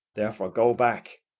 therefore, go back.